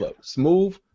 Smooth